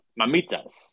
mamitas